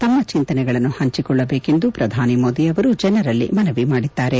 ತಮ್ಮ ಚಿಂತನೆಗಳನ್ನು ಹಂಚಿಕೊಳ್ಳಬೇಕೆಂದು ಪ್ರಧಾನಿಮೋದಿ ಅವರು ಜನರಲ್ಲಿ ಮನವಿ ಮಾಡಿದ್ದಾರೆ